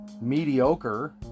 mediocre